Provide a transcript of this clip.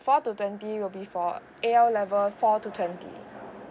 four to twenty will be for A_L level four to twenty